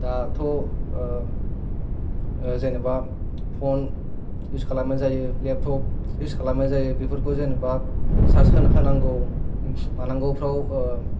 दाथ' जेनोबा फन इउस खालामनाय जायो लेपथफ इउस खालामनाय जायो बेफोरखौ जेनबा सार्स होनांगौ मानांगौफ्राव